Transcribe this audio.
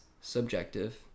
subjective